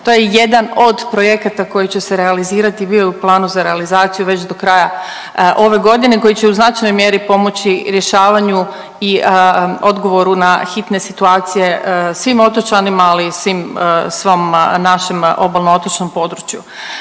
To je jedan od projekata koji će se realizirati, bio je u planu za realizaciju već do kraja ove godine koji će u značajnoj mjeri pomoći rješavanju i odgovoru na hitne situacije svim otočanima, ali i svim, svom našem obalno-otočnom području.